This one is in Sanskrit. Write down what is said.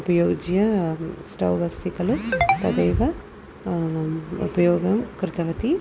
उपयुज्य स्टव् अस्ति खलु तदेव उपयोगं कृतवती